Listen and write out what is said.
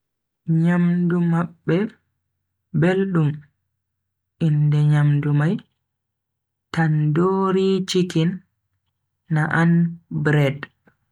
Nyamdu mabbe beldum, inde nyamdu mai tandoori chicken, naan bread.